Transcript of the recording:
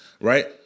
Right